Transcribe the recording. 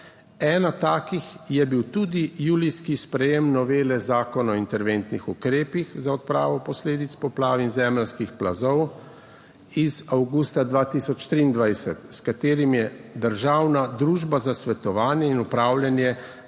Ena takih je bil tudi julijski sprejem novele Zakona o interventnih ukrepih za odpravo posledic poplav in zemeljskih plazov iz avgusta 2023, s katerim je državna Družba za svetovanje in upravljanje